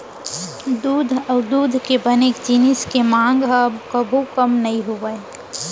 दूद अउ दूद के बने जिनिस के मांग ह कभू कम नइ होवय